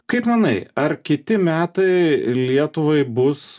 kaip manai ar kiti metai lietuvai bus